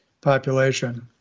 population